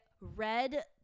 red